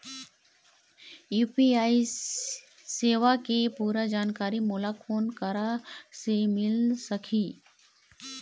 UPI सेवा के पूरा जानकारी मोला कोन करा से मिल सकही?